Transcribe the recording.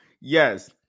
yes